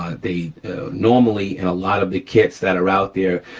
they normally and a lot of the kits that are out there,